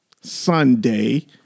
Sunday